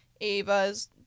Ava's